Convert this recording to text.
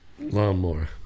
Lawnmower